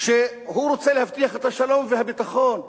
שהוא רוצה להבטיח את השלום והביטחון.